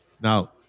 now